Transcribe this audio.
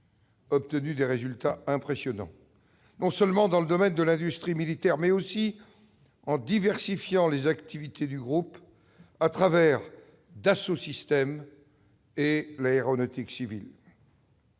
obtenu des résultats impressionnants, non seulement dans le domaine de l'industrie militaire, mais aussi en diversifiant les activités du groupe, au travers de Dassault Systèmes et de l'aéronautique civile.